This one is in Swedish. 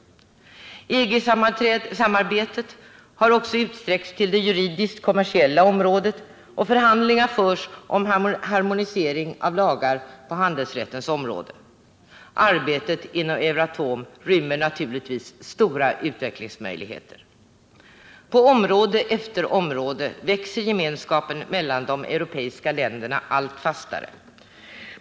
EG samarbetet har också utsträckts till det juridisk-kommersiella området, och förhandlingar förs om harmonisering av lagar på handelsrättens område. Arbetet inom Euratom rymmer naturligtvis stora utvecklingsmöjligheter. På område efter område växer gemenskapen mellan de europeiska länderna allt fastare.